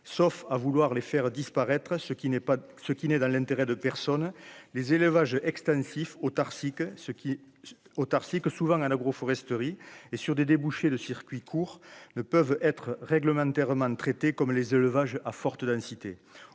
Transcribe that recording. sauf à vouloir les faire disparaître, ce qui n'est pas ce qui n'est dans l'intérêt de personne, les élevages extensifs autarcique, ce qui autarcique, souvent à l'agroforesterie et sur des débouchés de circuits courts ne peuvent être réglementairement traité comme les élevages à forte densité,